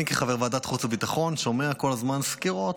אני כחבר ועדת חוץ וביטחון שומע כל הזמן סקירות,